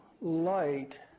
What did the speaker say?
light